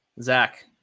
Zach